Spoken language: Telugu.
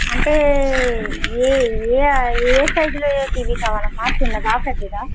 అంటే ఏ ఏ ఏసైజులో టీవీ కావాలమ్మా చిన్నదా పెద్దదా